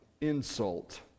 Insult